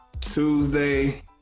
Tuesday